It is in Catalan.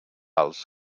ens